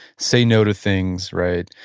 say no to things, right?